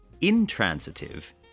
intransitive